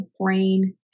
brain